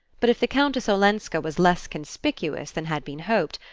but if the countess olenska was less conspicuous than had been hoped,